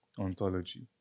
ontology